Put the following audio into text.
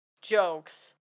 jokes